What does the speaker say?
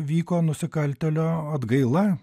vyko nusikaltėlio atgaila